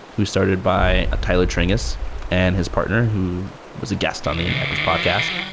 who's started by ah tyler tringas and his partner who was a guest on the indie hackers podcast.